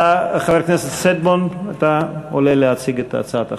חבר הכנסת שטבון, אתה עולה להציג את הצעת החוק.